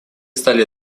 стали